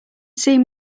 seeing